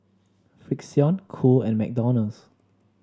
Frixion Cool and McDonald's